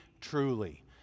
truly